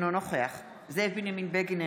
אינו נוכח זאב בנימין בגין,